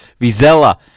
Vizela